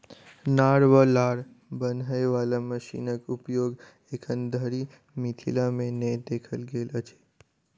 नार वा लार बान्हय बाला मशीनक उपयोग एखन धरि मिथिला मे नै देखल गेल अछि